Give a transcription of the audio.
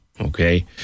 okay